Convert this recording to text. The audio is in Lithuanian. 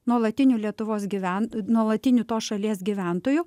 nuolatiniu lietuvos gyven nuolatiniu tos šalies gyventoju